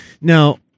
Now